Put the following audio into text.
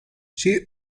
she